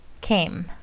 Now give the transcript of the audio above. came